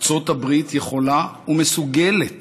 ארצות הברית יכולה ומסוגלת